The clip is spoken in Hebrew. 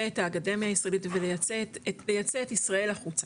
את האקדמיה הישראלית ולייצא את ישראל החוצה,